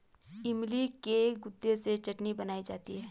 इमली के गुदे से चटनी बनाई जाती है